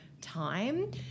time